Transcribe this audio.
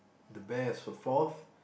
the bear is the forth